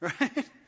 Right